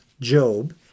Job